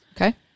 Okay